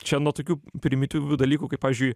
čia nuo tokių primityvių dalykų kaip pavyzdžiui